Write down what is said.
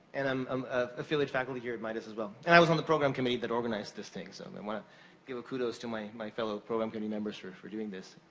and i'm um ah affiliate faculty here, at midas as well. and i was on the program committee that organized this thing. so, i and wanna give a kudos to my my fellow program committee members sort of for doing this.